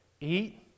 eat